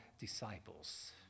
disciples